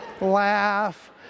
laugh